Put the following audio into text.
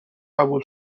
قبول